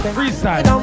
Freestyle